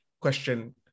question